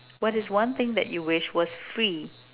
what is one thing that you wish was free